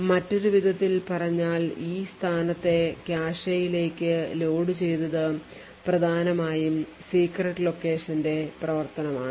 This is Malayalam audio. മറ്റൊരു വിധത്തിൽ പറഞ്ഞാൽ ഈ സ്ഥാനത്തെ കാഷെയിലേക്ക് ലോഡുചെയ്തത് പ്രധാനമായും secret location ന്റെ പ്രവർത്തനമാണ്